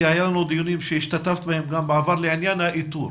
כי היה לנו דיונים שהשתתפת בהם גם בעבר לעניין האיתור.